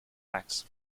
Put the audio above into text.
pax